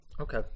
Okay